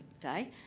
day